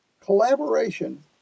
Collaboration